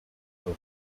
over